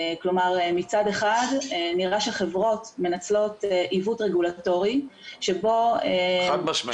כלומר מצד אחד נראה שהחברות מנצלות עיוות רגולטורי שבו --- חד משמעי.